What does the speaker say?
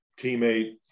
teammate